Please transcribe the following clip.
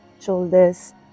shoulders